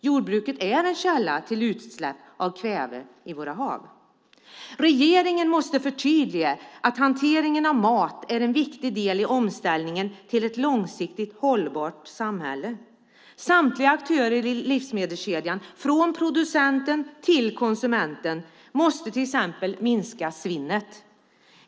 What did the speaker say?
Jordbruket är en källa till utsläpp av kväve i våra hav. Regeringen måste förtydliga att hanteringen av mat är en viktig del i omställningen till ett långsiktigt hållbart samhälle. Samtliga aktörer i livsmedelskedjan, från producenten till konsumenten, måste till exempel minska svinnet.